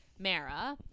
mara